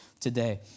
Today